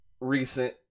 recent